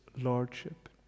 lordship